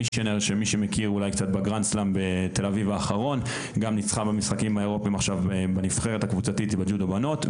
מי שמכיר גם ניצחה במשחקים האירופים עכשיו בנבחרת הקבוצתית בג'ודו בנות,